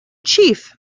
chief